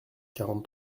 quarante